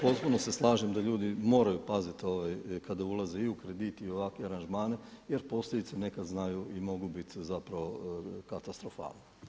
Potpuno se slažem da ljudi moraju paziti kada ulaze i u kredit i u ovakve aranžmane jer posljedice nekada znaju i mogu biti zapravo katastrofalne.